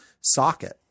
socket